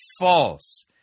false